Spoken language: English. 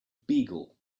beagle